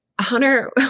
Hunter